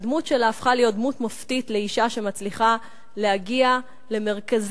והדמות שלה הפכה להיות דמות מופתית לאשה שמצליחה להגיע למרכזי